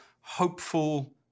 hopeful